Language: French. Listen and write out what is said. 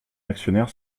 actionnaire